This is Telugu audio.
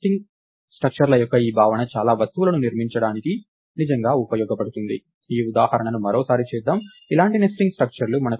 నెస్టింగ్ స్ట్రక్చర్ల యొక్క ఈ భావన చాలా వస్తువులను నిర్మించడానికి నిజంగా ఉపయోగపడుతుంది ఈ ఉదాహరణను మరోసారి చేద్దాం ఇలాంటి నెస్టింగ్ స్ట్రక్చర్లు